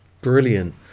Brilliant